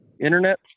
internet